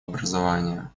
образования